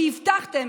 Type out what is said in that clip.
שהבטחתם,